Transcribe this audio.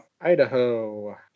Idaho